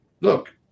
look